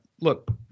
look